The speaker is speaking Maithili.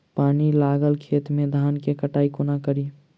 पानि लागल खेत मे धान केँ कटाई कोना कड़ी?